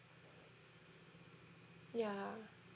ya